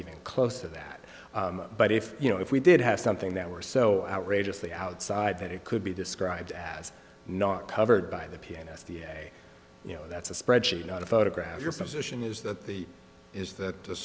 even close to that but if you know if we did have something that were so outrageously outside that it could be described as not covered by the piano's the n s a you know that's a spreadsheet not a photograph your supposition is that the is that the